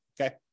okay